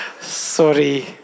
Sorry